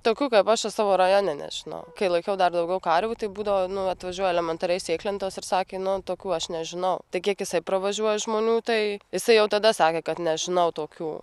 tokių kaip aš savo rajone nežinau kai laikiau dar daugiau karvių tai būdavo nu atvažiuoja elementariai sėklintojas ir sakė nu tokių aš nežinau tai kiek jisai pravažiuoja žmonių tai jisai jau tada sakė kad nežinau tokių